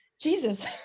Jesus